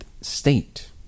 state